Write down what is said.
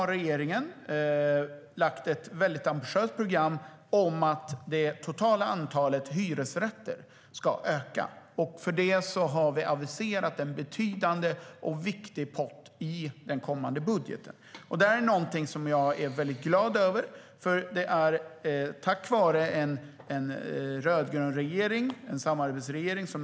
Regeringen har lagt upp ett ambitiöst program för att det totala antalet hyresrätter ska öka. För det har vi aviserat en betydande och viktig pott i den kommande budgeten. Jag är väldigt glad över det. Det görs tack vare en rödgrön regering, en samarbetsregering.